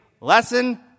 Lesson